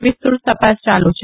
વિસ્તૃત તપાસ ચાલુ છે